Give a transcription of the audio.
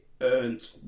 earned